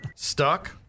Stuck